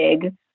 big